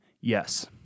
yes